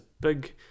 big